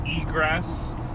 egress